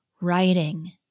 writing